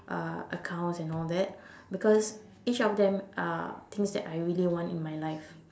uh accounts and all that because each of them uh things that I really want in my life